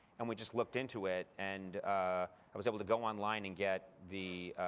and we just looked into it, and i was able to go online and get the